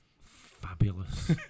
fabulous